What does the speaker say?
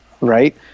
right